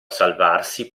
salvarsi